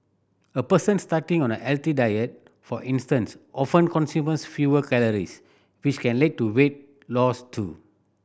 a person starting on a healthy diet for instance often consumers fewer calories which can lead to weight loss too